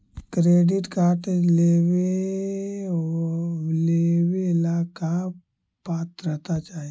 Credit card लेवेला का पात्रता चाही?